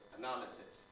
analysis